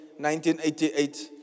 1988